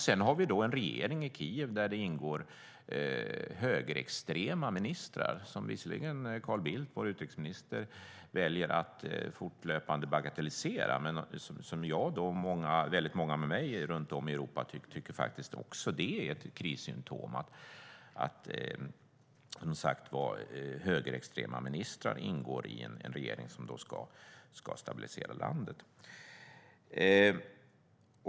Sedan har vi en regering i Kiev där högerextrema ministrar ingår. Visserligen väljer vår Carl Bildt, vår utrikesminister, att fortlöpande bagatellisera dem. Men jag och många med mig runt om i Europa tycker att det är ett krissymtom att högerextrema ministrar ingår i en regering som ska stabilisera landet.